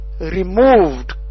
removed